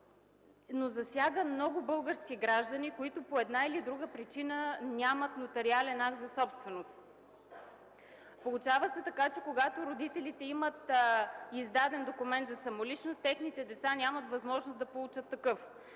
но засяга много български граждани, които по една или друга причина нямат нотариален акт за собственост. Получава се така, че когато родителите имат издаден документ за самоличност, техните деца нямат възможност да получат такъв.